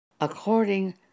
according